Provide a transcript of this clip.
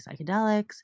psychedelics